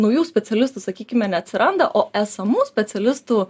naujų specialistų sakykime neatsiranda o esamų specialistų